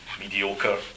mediocre